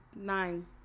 nine